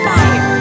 Fire